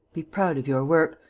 be proud of your work.